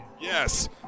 Yes